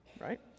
right